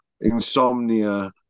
insomnia